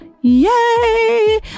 yay